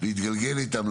להתגלגל איתם,